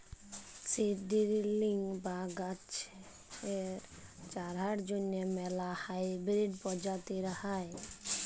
seed drilling বা গাহাচের চারার জ্যনহে ম্যালা হাইবিরিড পরজাতি হ্যয়